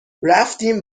رفتیم